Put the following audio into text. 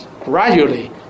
gradually